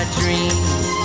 dreams